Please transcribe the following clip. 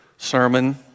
sermon